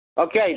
Okay